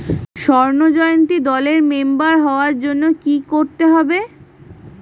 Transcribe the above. স্বর্ণ জয়ন্তী দলের মেম্বার হওয়ার জন্য কি করতে হবে?